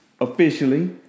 officially